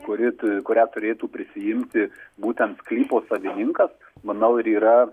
kuri tu kurią turėtų prisiimti būtent sklypo savininkas manau ir yra